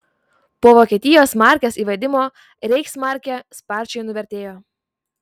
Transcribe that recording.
po vokietijos markės įvedimo reichsmarkė sparčiai nuvertėjo